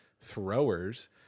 throwers